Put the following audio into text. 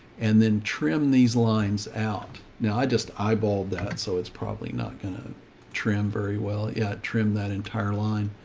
and then trim these lines out. now i just eyeballed that. so it's probably not gonna trim very well yet trim that entire line,